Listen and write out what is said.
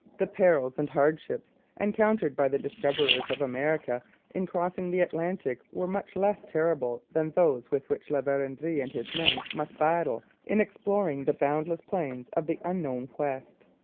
the perils and hardships encountered by the discoverers of america in crossing the atlantic were much less terrible than those with which la verendrye and his men must battle in exploring the boundless plains of the unknown west.